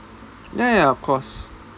ya ya ya of course